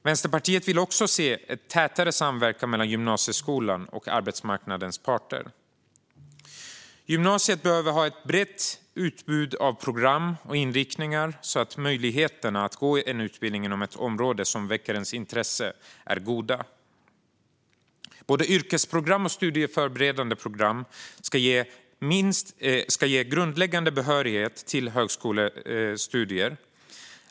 Vänsterpartiet vill också se en tätare samverkan mellan gymnasieskolan och arbetsmarknadens parter. Gymnasiet behöver ha ett brett utbud av program och inriktningar så att möjligheterna att gå en utbildning inom ett område som väcker ens intresse är goda. Både yrkesprogram och studieförberedande program ska ge grundläggande behörighet till högskolestudier.